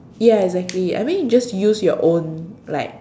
ya exactly I mean just use your own like